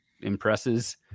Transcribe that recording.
impresses